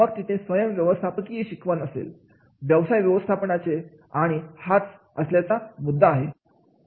मग तिथे स्वयं व्यवस्थापकीय शिकवण असेल व्यवसाय व्यवस्थापनाचे आणि हाच असल्याचा मुद्दा आहे